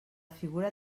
figura